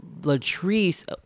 Latrice